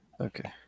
Okay